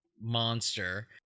monster